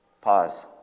Pause